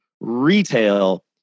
Retail